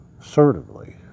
assertively